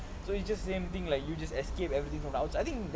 so you just same thing like you just escape everything from the outside I think